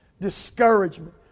discouragement